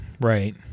Right